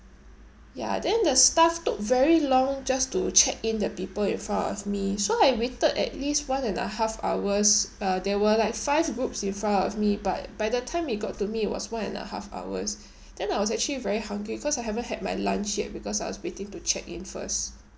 ya then the staff took very long just to check in the people in front of me so I waited at least one and a half hours uh there were like five groups in front of me but by the time he got to me was one and a half hours then I was actually very hungry cause I haven't had my lunch yet because I was waiting to check in first